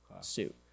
suit